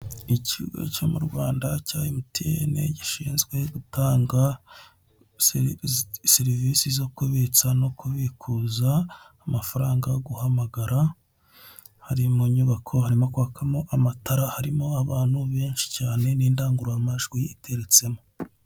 Ikigo cyo mu Rwanda cya emutiyene gishinzwe gutanga serivisi zo kubitsa no kubikuza amafaranga, guhamagara hariya mu nyubako harimo kwakamo amatara, harimo n'abantu benshi cyane n'indangururamajwi iteretsemo.